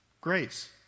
Grace